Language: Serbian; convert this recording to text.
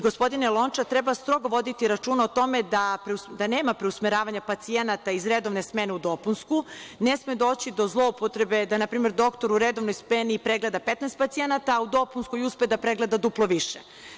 Gospodine Lončar, treba strogo voditi računa o tome da nema preusmeravanja pacijenata iz redovne smene u dopunsku, ne sme doći do zloupotrebe da na primer doktor u redovnoj smeni pregleda 15 pacijenata, a u dopunskoj uspe da pregleda duplo više.